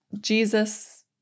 Jesus